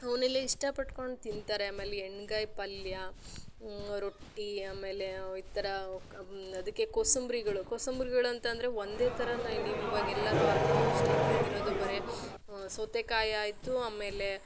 ಅವನ್ನೆಲ್ಲ ಇಷ್ಟ ಪಟ್ಕೊಂಡು ತಿಂತಾರೆ ಆಮೇಲೆ ಎಣ್ಗಾಯಿ ಪಲ್ಯ ರೊಟ್ಟಿ ಆಮೇಲೆ ಈ ಥರ ಅದಕ್ಕೆ ಕೋಸಂಬರಿಗಳು ಕೋಸಂಬ್ರಿಗಳು ಅಂತ ಅಂದರೆ ಒಂದೇ ಥರ ನಾನು ನೀವು ಇವಾಗ ಎಲ್ಲರೂ ಆಲ್ಮೊಸ್ಟ್ ಆಲ್ ತಿಂದಿರೋದು ಬರೀ ಸೌತೆಕಾಯಿ ಆಯಿತು ಆಮೇಲೆ